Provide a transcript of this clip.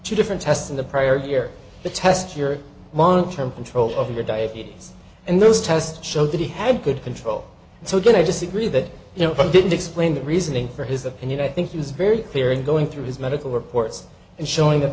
two different tests in the prior year to test your long term control of your diabetes and those tests showed that he had good control so did i disagree that you know if i didn't explain the reasoning for his opinion i think he was very clear in going through his medical reports and showing that